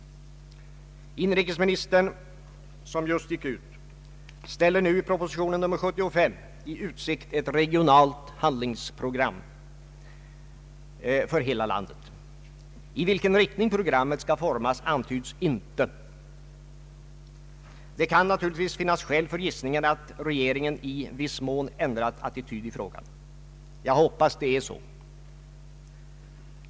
Inrikesministern, som just gick ut, ställer nu i proposition nr 75 i utsikt ett regionalt handlingsprogram för hela landet. I vilken riktning programmet skall formas antyds inte. Det kan naturligtvis finnas skäl för gissningen att regeringen i viss mån ändrat attityd i frågan. Jag hoppas det är så.